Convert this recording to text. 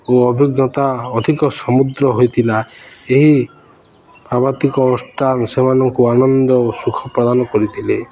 ଓ ଅଭିଜ୍ଞତା ଅଧିକ ସମୁଦ୍ର ହୋଇଥିଲା ଏହି ପାର୍ବତିକ ଅନୁଷ୍ଠାନ ସେମାନଙ୍କୁ ଆନନ୍ଦ ଓ ସୁଖ ପ୍ରଦାନ କରିଥିଲେ